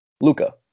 Luca